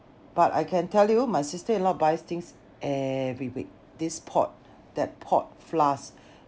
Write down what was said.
but I can tell you my sister in-law buys things every week this pot that pot flask